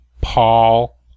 Paul